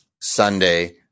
Sunday